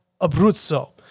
Abruzzo